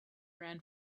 ran